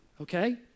okay